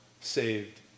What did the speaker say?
saved